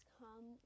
come